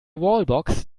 wallbox